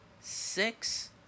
six